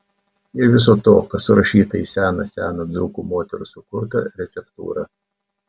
ir viso to kas surašyta į seną seną dzūkų moterų sukurtą receptūrą